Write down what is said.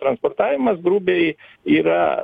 transportavimas grubiai yra